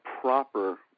proper